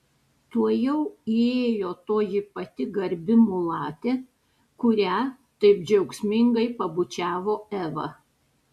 tuojau įėjo toji pati garbi mulatė kurią taip džiaugsmingai pabučiavo eva